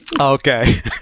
Okay